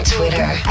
Twitter